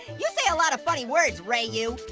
you say a lot of funny words, rayu.